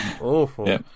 awful